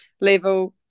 level